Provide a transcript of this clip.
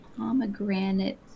pomegranate